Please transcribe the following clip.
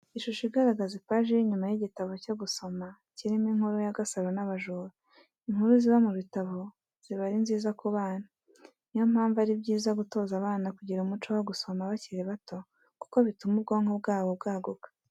Ishusho igaragaza ipaji y'inyuma y'igitabo cyo gusama kirimo inkuru ya Gasaro n'abajura, inkuru ziba mu bitabo ziba ari nziza ku bana, ni yo mpamvu ari byiza gutoza abana kugira umuco wo gusoma bakiri bato kuko bituma ubwonko bwabo bwaguka.